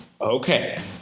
okay